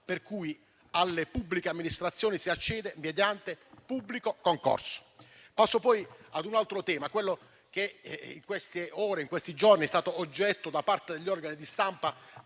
per cui alle pubbliche amministrazioni si accede mediante pubblico concorso. Passo ora a un altro tema, quello che in questi giorni è stato oggetto di polemiche da parte degli organi di stampa,